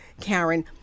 karen